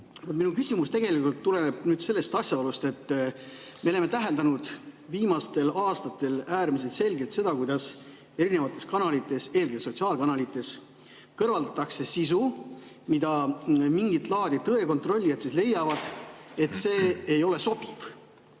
Minu küsimus tuleneb asjaolust, et me oleme täheldanud viimastel aastatel äärmiselt selgelt, kuidas erinevates kanalites, eelkõige sotsiaalkanalites, kõrvaldatakse sisu, mille puhul mingit laadi tõekontrollijad leiavad, et see ei ole sobiv.